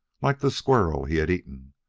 like the squirrel he had eaten,